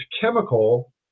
chemical